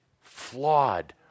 flawed